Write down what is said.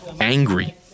angry